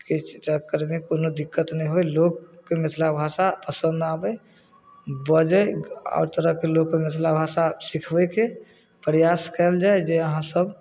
के चक्करमे कोनो दिक्कत नहि होइ लोकके मिथला भाषा पसन्द आबै बजै आओर तरहके लोकके मिथला भाषा सिखबैके प्रयास कयल जाइ जे अहाँ सब